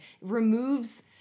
removes